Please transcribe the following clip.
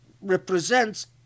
represents